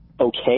okay